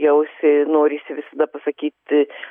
jausi norisi visada pasakyti